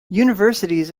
universities